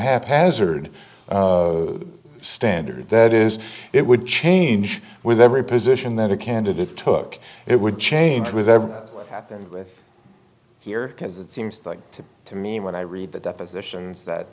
haphazard standard that is it would change with every position that a candidate took it would change with ever happened with here because it seems like to me when i read the depositions that